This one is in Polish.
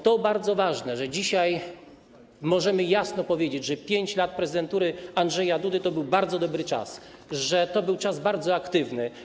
To bardzo ważne, że dzisiaj możemy jasno powiedzieć, że 5 lat prezydentury Andrzeja Dudy to był bardzo dobry czas, że to był czas bardzo aktywny.